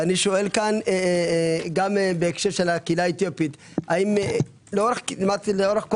ואני שואל גם בהקשר הקהילה האתיופית, לאורך כל